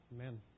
Amen